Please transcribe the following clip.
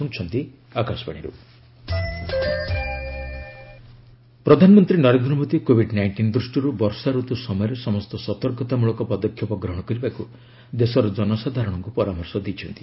PM advisory ପ୍ରଧାନମନ୍ତ୍ରୀ Narendra Modi Covid nineteen ଦୃଷ୍ଟିରୁ ବର୍ଷା ରତ୍ ସମୟରେ ସମସ୍ତ ସତର୍କତା ମୂଳକ ପଦକ୍ଷେପ ଗ୍ରହଣ କରିବାକୁ ଦେଶର ଜନସାଧାରଣଙ୍କୁ ପରାମର୍ଶ ଦେଇଛନ୍ତି